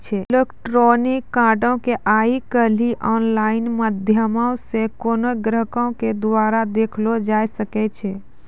electronic कार्डो के आइ काल्हि आनलाइन माध्यमो से कोनो ग्राहको के द्वारा देखलो जाय सकै छै